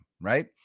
right